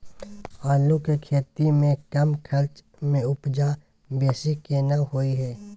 आलू के खेती में कम खर्च में उपजा बेसी केना होय है?